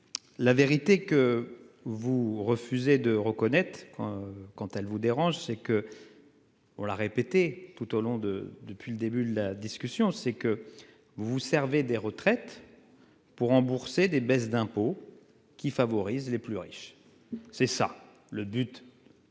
La vérité que vous refusez de reconnaître quoi quand elle vous dérange c'est que. On l'a répété tout au long de. Depuis le début de la discussion c'est que vous vous servez des retraites. Pour rembourser des baisses d'impôts qui favorise les plus riches. C'est ça le but.